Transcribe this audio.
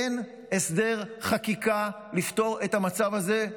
אין הסדר חקיקה לפתור את המצב הזה,